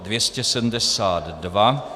272.